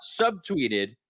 subtweeted